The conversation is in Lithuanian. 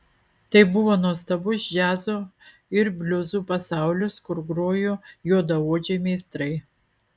tai buvo nuostabus džiazo ir bliuzų pasaulis kur grojo juodaodžiai meistrai